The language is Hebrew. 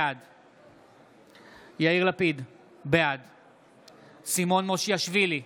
בעד יאיר לפיד, בעד סימון מושיאשוילי,